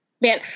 Man